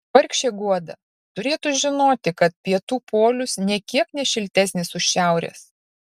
vargšė guoda turėtų žinoti kad pietų polius nė kiek ne šiltesnis už šiaurės